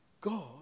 God